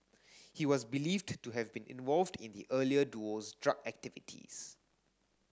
he was believed to have been involved in the earlier duo's drug activities